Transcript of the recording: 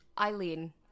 Eileen